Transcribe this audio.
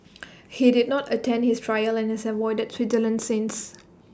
he did not attend his trial and has avoided Switzerland since